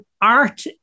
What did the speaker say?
art